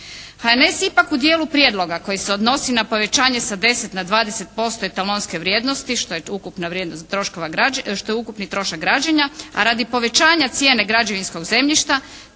HNS ipak u dijelu prijedloga koji se odnosi na povećanje sa 10 na 20% etalonske vrijednosti što je ukupna vrijednost troškova, što je ukupni trošak građenja, a radi povećanja cijene građevinskog zemljišta